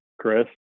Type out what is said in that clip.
Chris